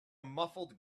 muffled